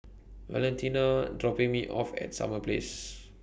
Valentina IS dropping Me off At Summer Place